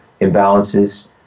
imbalances